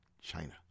China